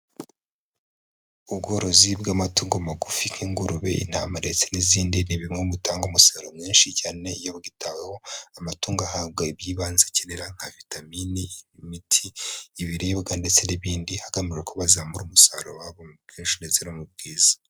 Ubworozi bw'amatungo magufi nk'ingurube, intama, ndetse n'izindi. Ni bimwe bitanga umusaruro mwinshi cyane iyo bwitaweho, amatungo ahabwa iby'ibanze akenera nka vitamini, imiti, ibiribwa ndetse n'ibindi. Hakamaro kozamura umusaruro wabo, kenshi ndetse no mu bwiza.